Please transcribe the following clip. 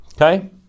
okay